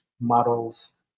models